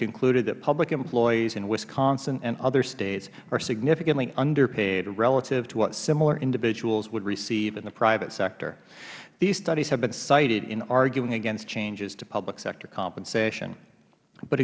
concluded that public employees in wisconsin and other states are significantly underpaid relative to what similar individuals would receive in the private sector these studies have been cited in arguing against changes to public sector compensation but